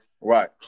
Right